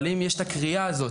אבל אם יש את הקריאה הזאת,